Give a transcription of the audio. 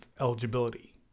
eligibility